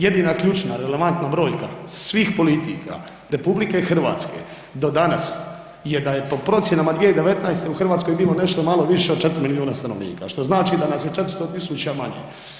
Jedina ključna relevantna brojka svih politika RH do danas je da je po procjenama 2019. u Hrvatskoj nešto malo više od 4 milijuna stanovnika što znači da nas je 400.000 manje.